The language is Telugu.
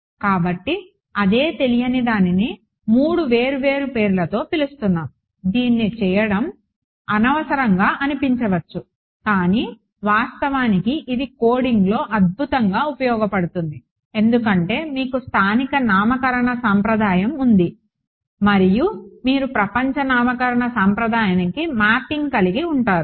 కాబట్టి అదే తెలియని దానిని మూడు వేర్వేరు పేర్లతో పిలుస్తున్నాము దీన్ని చేయడం అనవసరంగా అనిపించవచ్చు కానీ వాస్తవానికి ఇది కోడింగ్లో అద్భుతంగా ఉపయోగపడుతుంది ఎందుకంటే మీకు స్థానిక నామకరణ సంప్రదాయం ఉంది మరియు మీరు ప్రపంచ నామకరణ సంప్రదాయానికి మ్యాపింగ్ కలిగి ఉంటారు